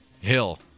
Hill